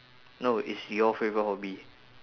no it's your favourite hobby